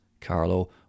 Carlo